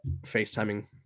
facetiming